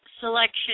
selection